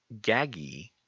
Gaggy